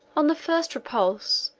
on the first repulse,